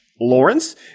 Lawrence